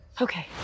Okay